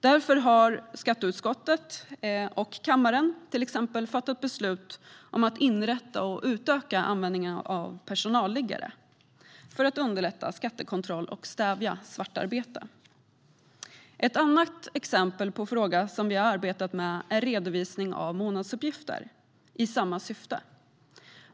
Därför har skatteutskottet föreslagit och kammaren fattat beslut till exempel om att inrätta och utöka användningen av personalliggare för att underlätta skattekontroll och stävja svartarbete. Ett annat exempel på en fråga som vi har arbetat med är redovisning av månadsuppgifter i samma syfte.